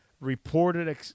reported